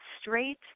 straight